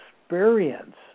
experience